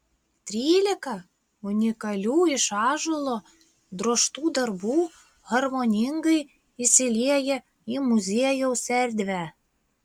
trylika unikalių iš ąžuolo drožtų darbų harmoningai įsilieja į muziejaus erdvę